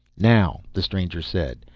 now, the stranger said,